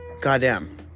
goddamn